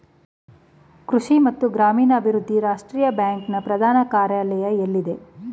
ಕೃಷಿ ಮತ್ತು ಗ್ರಾಮೀಣಾಭಿವೃದ್ಧಿ ರಾಷ್ಟ್ರೀಯ ಬ್ಯಾಂಕ್ ನ ಪ್ರಧಾನ ಕಾರ್ಯಾಲಯ ಎಲ್ಲಿದೆ?